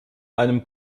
einem